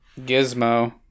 Gizmo